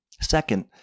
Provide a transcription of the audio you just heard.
Second